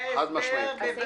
בדברי ההסבר, בוודאי.